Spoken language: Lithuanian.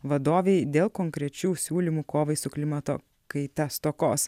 vadovei dėl konkrečių siūlymų kovai su klimato kaita stokos